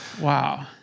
Wow